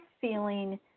feeling